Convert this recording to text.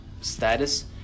status